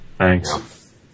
Thanks